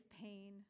pain